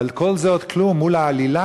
אבל כל זה עוד כלום מול העלילה,